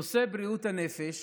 נושא בריאות הנפש